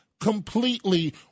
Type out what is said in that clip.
completely